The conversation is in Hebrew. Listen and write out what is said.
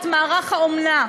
שמערך האומנה,